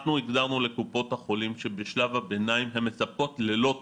אנחנו הגדרנו לקופות החולים שבשלב הביניים הן מספקות ללא תשלום,